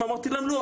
אמרתי להם 'לא,